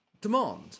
demand